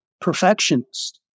Perfectionist